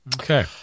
Okay